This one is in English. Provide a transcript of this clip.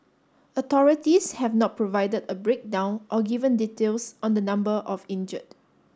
authorities have not provided a breakdown or given details on the number of injured